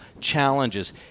challenges